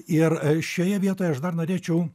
ir šioje vietoje aš dar norėčiau